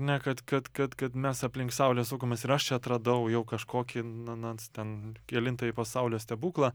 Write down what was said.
ne kad kad kad kad mes aplink saulę sukomės ir aš čia atradau jau kažkokį na nans ten kelintąjį pasaulio stebuklą